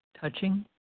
touching